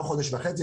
לא חודש וחצי,